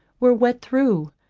were wet through,